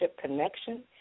connection